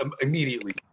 immediately